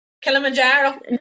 Kilimanjaro